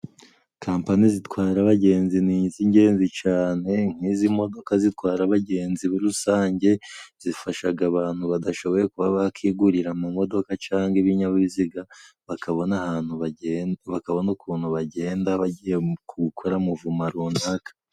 Kampani zitwara abagenzi ni iz'ingenzi cane, nk'izi modoka zitwara abagenzi rusange, zifashaga abantu badashoboye kuba bakigurira amamodoka canga ibinyabiziga, bakabona ahantu, bakabona n'ukuntu bagenda bagiye gukora mu voma runaka.